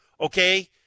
Okay